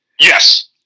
Yes